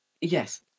yes